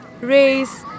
race